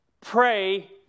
pray